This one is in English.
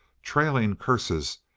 trailing curses,